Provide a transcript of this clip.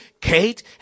Kate